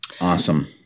Awesome